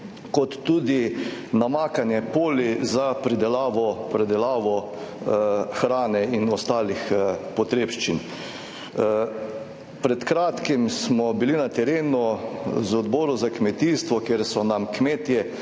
kot tudi namakanja polj za pridelavo hrane in ostalih potrebščin. Pred kratkim smo bili na terenu z Odborom za kmetijstvo, kjer so nam kmetje